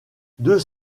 deux